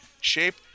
shape